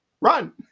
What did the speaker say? Run